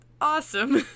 awesome